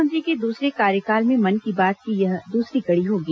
प्रधानमंत्री के दूसरे कार्यकाल में मन की बात की यह दूसरी कड़ी होगी